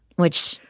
which.